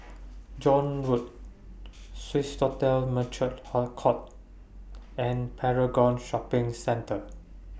John Road Swissotel Court and Paragon Shopping Centre